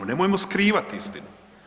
Nemojmo skrivat istinu.